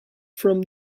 from